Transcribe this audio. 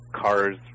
cars